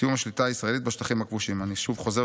סיום השליטה הישראלית בשטחים הכבושים" אני שוב חוזר